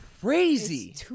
crazy